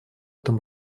этом